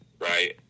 right